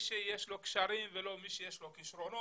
רק מי שיש לו קשרים ולא מי שיש לו כישרונות.